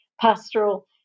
pastoral